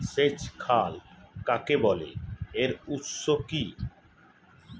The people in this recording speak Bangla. সেচ খাল কাকে বলে এর উৎস কি?